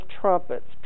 Trumpets